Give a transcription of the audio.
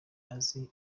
azi